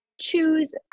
choose